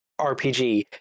rpg